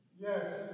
Yes